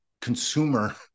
consumer